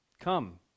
Come